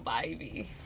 baby